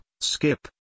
skip